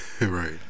right